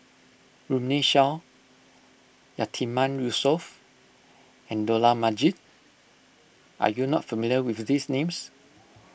Runme Shaw Yatiman Yusof and Dollah Majid are you not familiar with these names